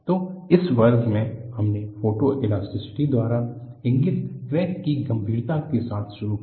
तो इस वर्ग में हमने फोटोइलास्टिसिटी द्वारा इंगित क्रैक की गंभीरता के साथ शुरू किया